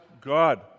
God